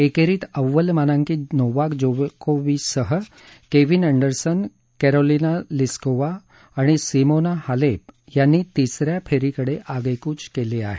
एकेरीत अव्वल मानांकित नोवाक जोकोविचसह केव्हीन अँडरसन कॅरोलिना लिस्कोवा आणि सिमोना हालेप यांनी तिस या फेरीकडे आगेकूच केली आहे